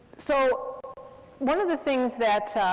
so one of the things that